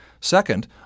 Second